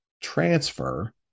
transfer